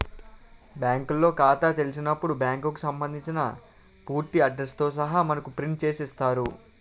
బ్యాంకులో ఖాతా తెలిసినప్పుడు బ్యాంకుకు సంబంధించిన పూర్తి అడ్రస్ తో సహా మనకు ప్రింట్ చేసి ఇస్తారు